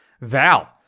Val